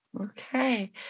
Okay